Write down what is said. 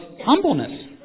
humbleness